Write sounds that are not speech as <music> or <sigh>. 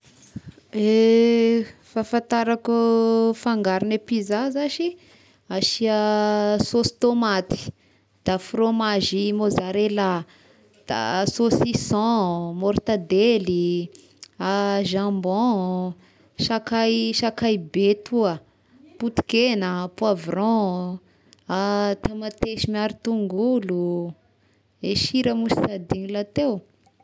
<noise> <hesitation> Fahafatarako ôh fangarogne pizza za si, asia sôsy tômaty, da frômazy mozarella, da saussison, môrtadely, <noise> <hesitation> jabon, sakay sakay be toa, <noise> poti-kegna, poivron, <hesitation> tamatesy miaro tongolo oh, e sira moa sy adigno la teo.